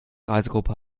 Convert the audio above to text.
reisegruppe